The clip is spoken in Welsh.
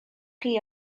chi